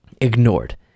ignored